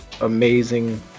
amazing